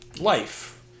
life